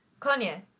Kanye